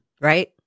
Right